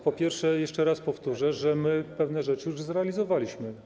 Po pierwsze, jeszcze raz powtórzę, że my pewne rzeczy już zrealizowaliśmy.